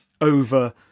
over